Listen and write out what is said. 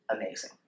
amazing